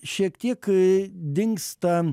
šiek tiek dingsta